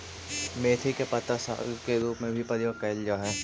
मेथी के पत्ता साग के रूप में भी प्रयोग कैल जा हइ